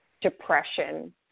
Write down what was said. depression